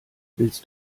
willst